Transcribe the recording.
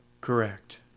Correct